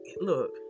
Look